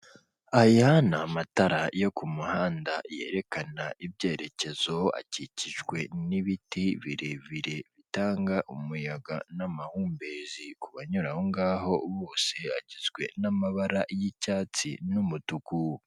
Aya ni amatara yo ku muhanda yerekana ibyerekezo akikijwe n'ibiti birebire bitanga umuyaga n'amahumbezi ku banyurangaho bose agizwe n'amabara y'icyatsi n'umutuku.